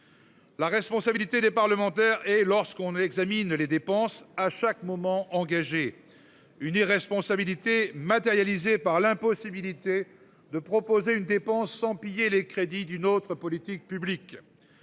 La responsabilité des parlementaires et lorsqu'on examine les dépenses à chaque moment engagé une irresponsabilité matérialisée par l'impossibilité de proposer une dépense 100 piller les crédits d'une autre politique publique.